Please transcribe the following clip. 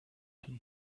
and